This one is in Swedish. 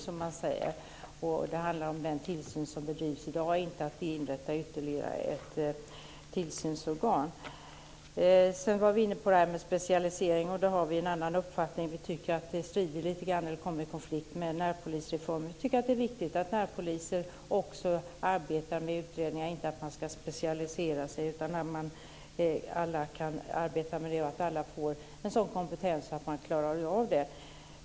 Det handlar om den tillsyn som bedrivs i dag och inte om att inrätta ytterligare ett tillsynsorgan. Sedan var vi inne på detta med specialisering. Där har vi en annan uppfattning. Vi tycker att det kommer i konflikt med närpolisreformen. Vi tycker att det är viktigt att närpoliser också arbetar med utredningar. Man ska inte specialisera sig, utan alla ska arbeta med det så att alla får en sådan kompetens att man klarar av det.